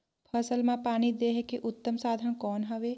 फसल मां पानी देहे के उत्तम साधन कौन हवे?